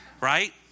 Right